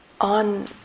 on